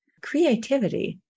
creativity